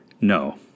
No